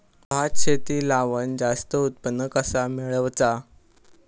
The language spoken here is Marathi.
भात शेती लावण जास्त उत्पन्न कसा मेळवचा?